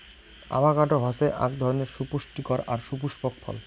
avocado হসে আক ধরণের সুপুস্টিকর আর সুপুস্পক ফল